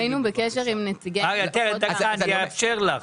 היינו בקשר עם נציגי --- אני אאפשר לך,